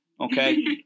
okay